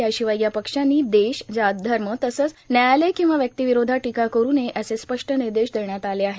याशिवाय या पक्षांनी देश जात धर्म तसंच न्यायालय किंवा व्यक्तीविरोधात टीका करु नये असे स्पष्ट निर्देश देण्यात आले आहेत